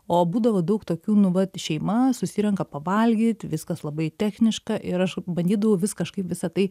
o būdavo daug tokių nu vat šeima susirenka pavalgyt viskas labai techniška ir aš bandydavau vis kažkaip visa tai